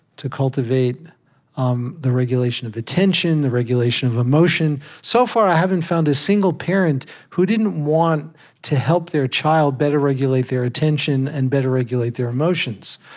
to cultivate um the regulation of attention, the regulation of emotion. so far, i haven't found a single parent who didn't want to help their child better regulate their attention and better regulate their emotions.